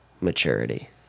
maturity